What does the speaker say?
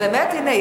אז באמת הנה,